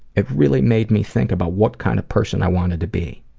it really made me think about what kind of person i wanted to be.